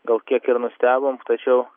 gal kiek ir nustebom tačiau